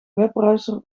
webbrowser